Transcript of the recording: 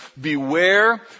Beware